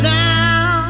down